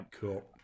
Cool